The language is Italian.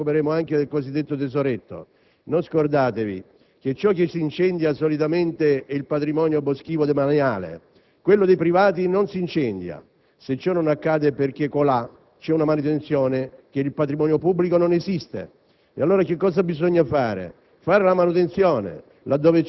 In queste ore e in questi giorni ci occuperemo della finanziaria, ma ci occuperemo anche del cosiddetto tesoretto. Non scordatevi che ciò che si incendia solitamente è il patrimonio boschivo demaniale, quello dei privati non si incendia; se ciò non accade è perché colà c'è una manutenzione che nel patrimonio pubblico non esiste.